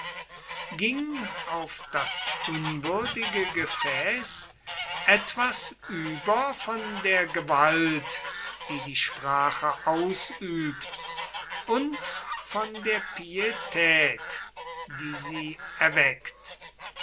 ging auf das unwürdige gefäß etwas über von der gewalt die die sprache ausübt und von der pietät die sie erweckt